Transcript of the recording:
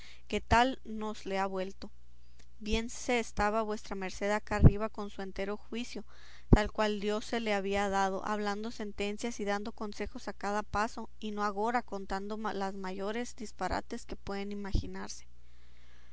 que tal nos le ha vuelto bien se estaba vuestra merced acá arriba con su entero juicio tal cual dios se le había dado hablando sentencias y dando consejos a cada paso y no agora contando los mayores disparates que pueden imaginarse